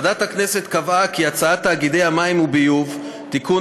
ועדת הכנסת קבעה כי הצעת חוק תאגידי מים וביוב (תיקון,